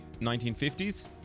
1950s